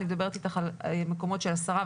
אני מדברת אתך על מקומות של 10,